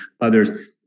others